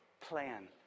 plan